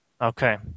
Okay